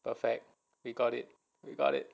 perfect we got it we got it